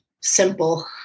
simple